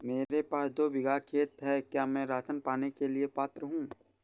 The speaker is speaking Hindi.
मेरे पास दो बीघा खेत है क्या मैं राशन पाने के लिए पात्र हूँ?